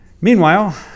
Meanwhile